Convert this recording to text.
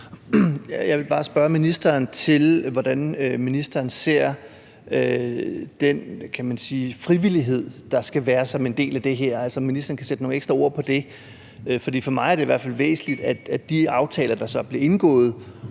Jeg vil bare spørge ministeren, hvordan ministeren ser den, kan man sige, frivillighed, der skal være som en del af det her, altså om ministeren kan sætte nogle ekstra ord på det. For for mig er det i hvert fald væsentligt, at det netop er sådan i de